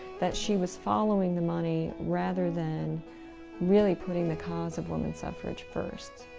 that she was following the money rather than really putting the cause of women suffrage first.